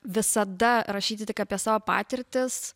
visada rašyti tik apie savo patirtis